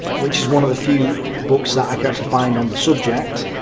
which is one of the few books that i can actually find on the subject,